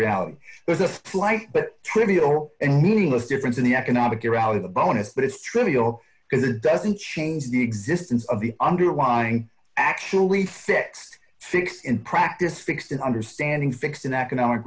reality there's a flight but trivial and meaningless difference in the economic you're out of the bonus but it's trivial because it doesn't change the existence of the underlying actual effects fixed in practice fixed in understanding fixed in economic